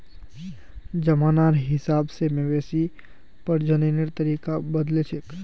जमानार हिसाब से मवेशी प्रजननेर तरीका बदलछेक